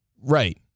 Right